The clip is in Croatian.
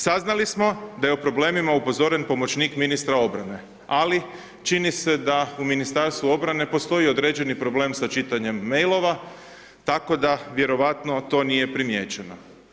Saznali smo da je o problemima upozoren pomoćnik ministra obrane ali čini se da u Ministarstvu obrane postoji određeni problem sa čitanjem mailova tako da vjerovatno to nije primijećeno.